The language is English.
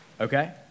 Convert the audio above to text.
okay